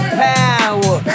power